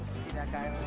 see that guy